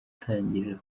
utangirira